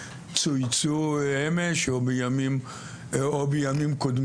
צויצו אמש או בימים קודמים.